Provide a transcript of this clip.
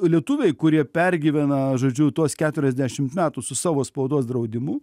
lietuviai kurie pergyvena žodžiu tuos keturiasdešimt metų su savo spaudos draudimu